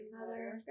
mother